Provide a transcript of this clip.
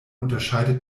unterscheidet